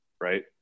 right